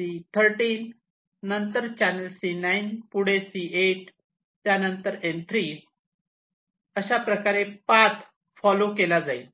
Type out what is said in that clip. C13 नंतर channel C9 पुढे channel C8 त्यानंतर N3 अशा पाथ फॉलो केला जाईल